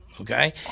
okay